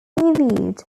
viewed